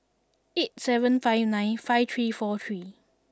eight seven five nine five three four three